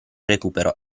recupero